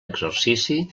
exercici